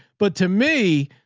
but to me,